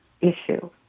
issue